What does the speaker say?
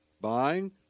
buying